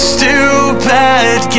Stupid